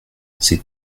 c’est